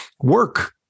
work